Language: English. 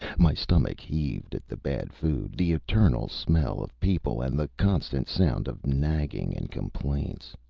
my stomach heaved at the bad food, the eternal smell of people, and the constant sound of nagging and complaints.